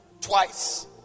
twice